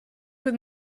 with